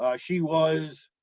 ah she was